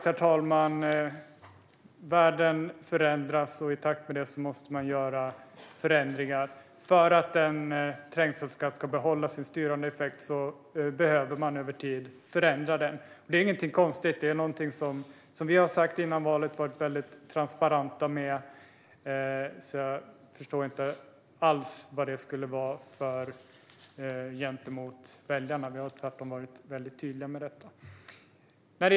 Herr talman! Som sagt förändras världen, och i takt med det måste man göra förändringar. För att en trängselskatt ska behålla sin styrande effekt behöver man över tid förändra den. Det är ingenting konstigt. Det är något som vi har sagt före valet och varit väldigt transparenta med, så jag förstår inte alls hur vi skulle ha varit otydliga gentemot väljarna. Vi har tvärtom varit väldigt tydliga med detta.